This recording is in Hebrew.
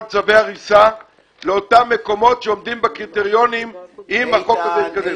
צווי הריסה לאותם מקומות שעומדים בקריטריונים אם החוק --- איתן,